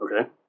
Okay